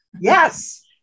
Yes